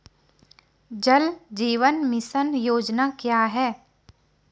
जल जीवन मिशन योजना क्या है?